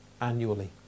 annually